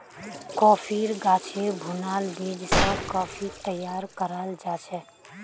कॉफ़ीर गाछेर भुनाल बीज स कॉफ़ी तैयार कराल जाछेक